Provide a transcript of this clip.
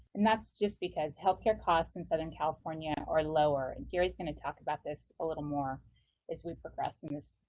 and that's just because health care costs in southern california are lower. gary's going to talk about this a little more as we progress in this.